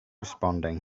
responding